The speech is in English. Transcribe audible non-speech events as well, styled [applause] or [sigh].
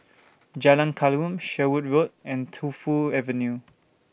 Jalan [unintelligible] Sherwood Road and Tu Fu Avenue